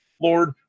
Lord